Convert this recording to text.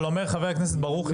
אומר חבר הכנסת ברוכי,